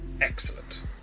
excellent